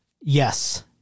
Yes